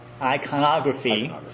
Iconography